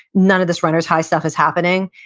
none of this runner's high stuff is happening.